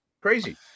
Crazy